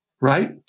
right